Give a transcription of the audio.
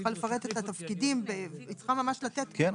היא צריכה לפרט את התפקידים ולהגיש תכנית,